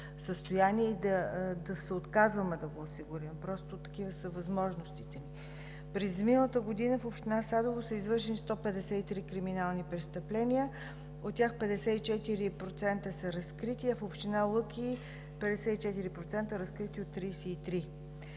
състояние и да се отказваме да го осигурим, но просто такива са възможностите ни. През изминалата година в община Садово са извършени 153 криминални престъпления. От тях 54% са разкрити. В община Лъки 54% са разкрити от 33